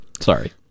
sorry